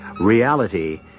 reality